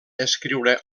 escriure